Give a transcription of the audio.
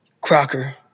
Crocker